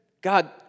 God